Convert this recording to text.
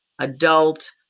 adult